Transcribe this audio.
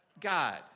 God